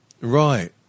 Right